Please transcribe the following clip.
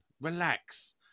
relax